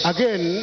Again